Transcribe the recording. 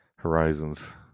horizons